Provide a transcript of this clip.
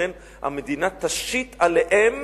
שאכן המדינה תשית עליהם